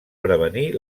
prevenir